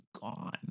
gone